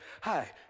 Hi